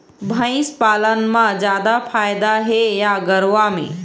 भंइस पालन म जादा फायदा हे या गरवा में?